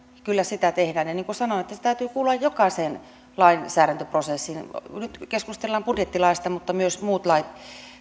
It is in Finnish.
kyllä sitä tehdään ja niin kuin sanoin sen täytyy kuulua jokaiseen lainsäädäntöprosessiin nyt keskustellaan budjettilaeista mutta myös muut lait